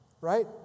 right